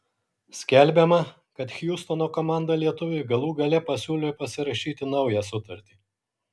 skelbiama kad hjustono komanda lietuviui galų gale pasiūlė pasirašyti naują sutartį